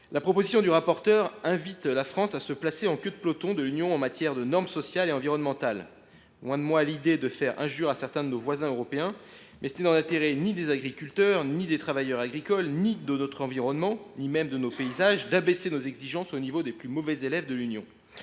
proposition de M. le rapporteur invite la France à se placer en queue de peloton de l’Union européenne en matière de normes sociales et environnementales. Loin de moi l’idée de faire injure à certains de nos voisins européens, mais il n’est dans l’intérêt ni de nos agriculteurs, ni des travailleurs agricoles, ni de notre environnement, ni même de nos paysages, d’abaisser nos exigences au niveau des plus mauvais élèves de l’UE.